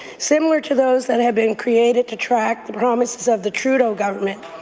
similar to those that have been created to track promises of the trudeau government.